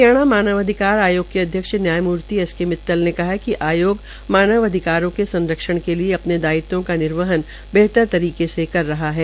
हरियाणा मानव अधिकार आयोग के अध्यक्ष न्यायमूर्ति एस के मित्तल ने कहा है कि आयोग मानव अधिकारों के संरक्षण के लिए अपने दायित्वों का निवर्हन तरीके से कर रहा है